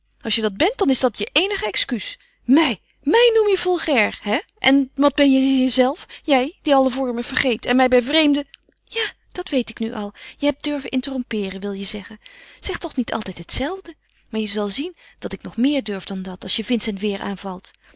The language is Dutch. als je dat bent dan is dat je eenige excuus mij mij noem je vulgair hè en wat ben jijzelf jij die alle vormen vergeet en mij bij vreemden ja dat weet ik nu al je hebt durven interrompeeren wil je zeggen zeg toch niet altijd het zelfde maar je zal zien dat ik nog meer durf dan dat als je vincent weêr aanvalt